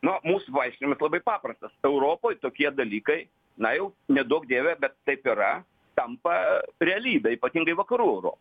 na mūsų paaiškinimas labai paprastas europoj tokie dalykai na jau neduok dieve bet taip yra tampa realybe ypatingai vakarų euro